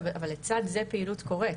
אבל לצד זה פעילות קורית.